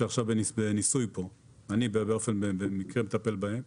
שעכשיו הן כאן בניסוי שבמקרה אני מטפל בהן.